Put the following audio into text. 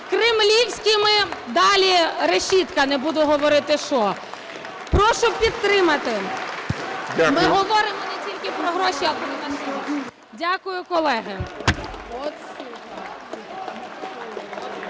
кремлівськими… далі решітка, не буду говорити що. Прошу підтримати. Ми говоримо не тільки про гроші, а про наші… Дякую, колеги.